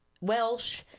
Welsh